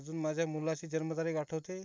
अजून माझ्या मुलाची जन्मतारीख आठवते